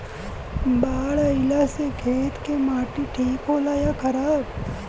बाढ़ अईला से खेत के माटी ठीक होला या खराब?